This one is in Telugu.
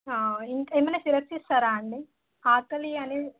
ఇంక ఏమన్నా సిరప్స్ ఇస్తారా అండి ఆకలి అనేది